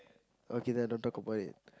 okay then I don't talk about it